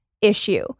issue